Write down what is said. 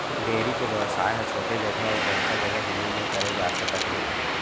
dairy के बेवसाय ह छोटे जघा अउ बड़का जघा दुनों म करे जा सकत हे